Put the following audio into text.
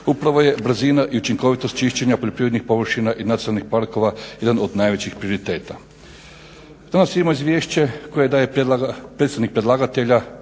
Upravo je brzina i učinkovitost čišćenja poljoprivrednih površina i nacionalnih parkova jedan od najvećih prioriteta. Danas imamo izvješće koje daje predsjednik predlagatelja,